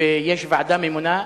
ויש ועדה ממונה.